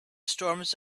storms